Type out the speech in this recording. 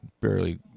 barely